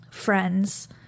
friends